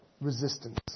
resistance